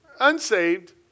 unsaved